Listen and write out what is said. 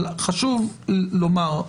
אבל חשוב לומר,